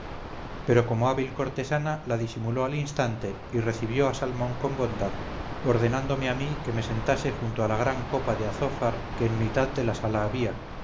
pero como hábil cortesana la disimuló al instante y recibió a salmón con bondad ordenándome a mí que me sentase junto a la gran copa de azófar que en mitad de la sala había